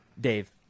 Dave